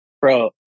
bro